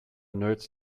nerds